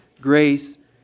grace